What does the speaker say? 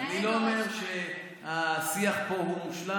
אני לא אומר שהשיח פה הוא מושלם,